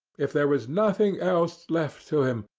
if there was nothing else left to him,